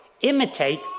imitate